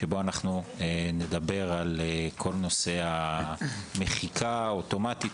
שבו אנחנו נדבר על כל נושא המחיקה האוטומטית,